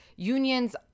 Unions